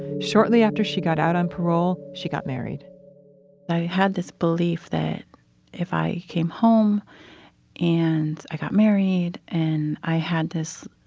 shortly after she got out on parole, she got married i had this belief that if i came home and i got married and i had this